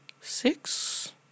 six